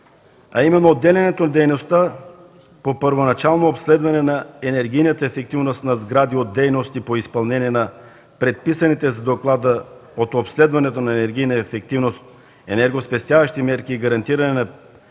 а именно отделянето в дейността по първоначално обследване на енергийната ефективност на сгради от дейности по изпълнение на предписаните с доклада от обследването на енергийна ефективност енергоспестяващи енергии и гарантиране на